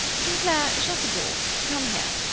st. clair, shut the door come here.